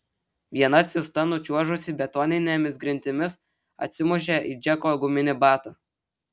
viena cista nučiuožusi betoninėmis grindimis atsimušė į džeko guminį batą